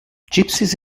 gypsies